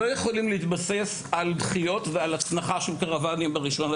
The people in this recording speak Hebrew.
לא יכול להתבסס על דחיות ועל הצנחה של קרוואנים ב-01 בספטמבר.